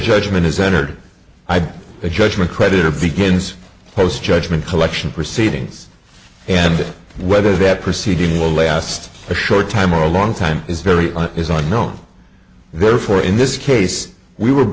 judgment is entered a judgment creditor begins most judgment collection proceedings and whether that proceeding will last a short time or a long time is very much as i know therefore in this case we were